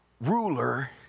Ruler